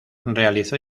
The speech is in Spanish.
realizó